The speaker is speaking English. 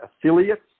affiliates